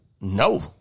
No